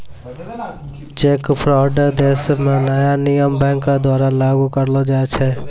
cheque fraud देश म नया नियम बैंक द्वारा लागू करलो जाय छै